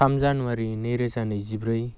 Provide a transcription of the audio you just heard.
थाम जानुवारि नैरोजा नैजिब्रै